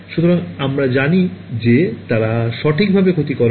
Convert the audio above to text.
সুতরাং আমরা জানি যে তারা সঠিকভাবে ক্ষতি করে না